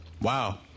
Wow